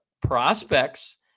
prospects